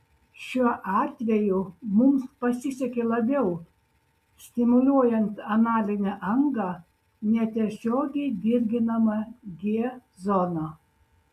šiuo atveju mums pasisekė labiau stimuliuojant analinę angą netiesiogiai dirginama g zona